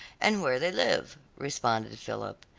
and where they live, responded philip,